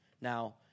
Now